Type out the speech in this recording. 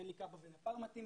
אין לי קב"א ודפ"ר מתאימים,